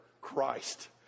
Christ